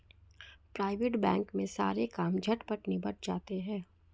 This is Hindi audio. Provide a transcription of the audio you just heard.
प्राइवेट बैंक में सारे काम झटपट निबट जाते हैं